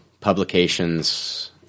publications